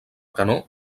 canó